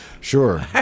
sure